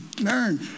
learn